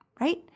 right